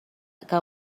que